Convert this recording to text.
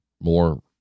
more